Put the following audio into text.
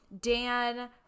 Dan